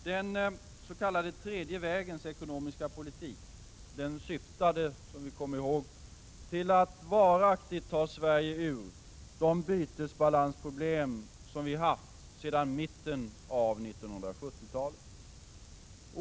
Den s.k. tredje vägens ekonomiska politik syftade, som vi kommer ihåg, till att varaktigt ta Sverige ur de bytesbalansproblem som vi haft sedan mitten av 1970-talet.